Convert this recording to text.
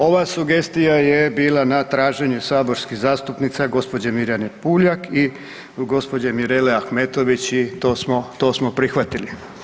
Ova sugestija je bila na traženju saborskih zastupnica gospođe Mirjane PUljak i gospođe Mirele Ahmetović i to smo prihvatili.